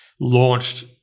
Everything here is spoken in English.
launched